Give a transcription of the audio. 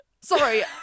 sorry